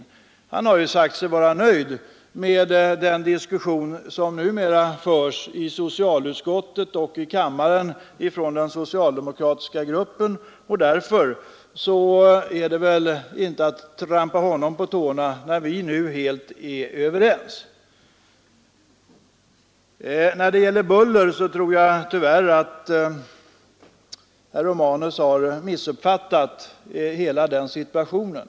Herr Romanus har sagt sig vara nöjd med den diskussion som numera förs i socialutskottet och i kammaren från den socialdemokratiska gruppen, och därför är det väl inte att trampa honom på tårna när vi nu helt är överens. Då det gäller buller tror jag tyvärr att herr Romanus har missuppfattat hela den situationen.